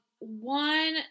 One